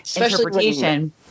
interpretation